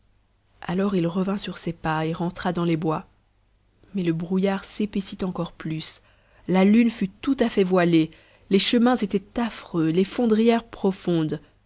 alors il revint sur ses pas et rentra dans les bois mais le brouillard s'épaissit encore plus la lune fut tout à fait voilée les chemins étaient affreux les fondrières profondes